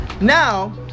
now